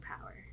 power